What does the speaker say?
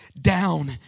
down